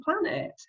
planet